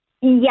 yes